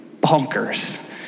bonkers